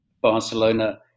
Barcelona